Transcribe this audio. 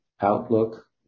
outlook